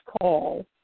call